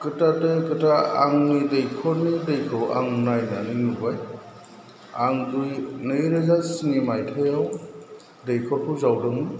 खोथाजों खोथा आंनि दैखरनि दैखौ आङो नायनानै नुबाय आं दुइ नैरोजा स्नि मायथाइयाव दैखरखौ जावदोंमोन